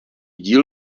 díl